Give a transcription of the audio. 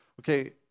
Okay